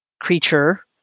creature